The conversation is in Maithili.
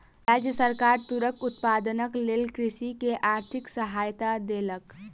राज्य सरकार तूरक उत्पादनक लेल कृषक के आर्थिक सहायता देलक